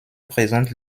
présente